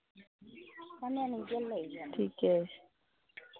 ठीके छै